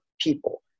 people